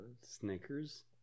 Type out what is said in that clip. snickers